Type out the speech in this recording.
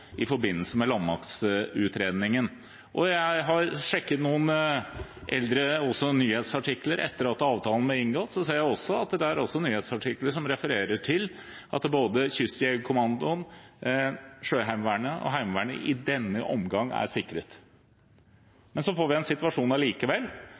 i forbindelse med landmaktutredningen, og jeg har sjekket noen eldre nyhetsartikler etter at avtalen ble inngått. Jeg ser også at det er nyhetsartikler som refererer til at både Kystjegerkommandoen, Sjøheimevernet og Heimevernet i denne omgang er